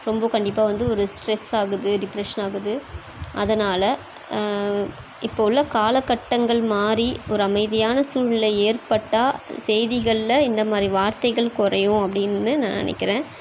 ரொம்ப கண்டிப்பாக வந்து ஒரு ஸ்ட்ரெஸ் ஆகுது டிப்ரெஷன் ஆகுது அதனால் இப்போ உள்ள காலகட்டங்கள் மாறி ஒரு அமைதியான சூழ்நிலை ஏற்பட்டால் செய்திகளில் இந்த மாரி வார்த்தைகள் குறையும் அப்படின்னு நான் நினைக்கிறேன்